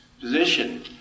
position